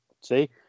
See